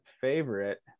favorite